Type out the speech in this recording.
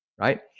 right